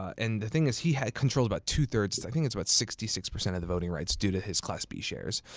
and the thing is he controls about two thirds, i think it's about sixty six percent of the voting rights due to his class b shares,